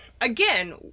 again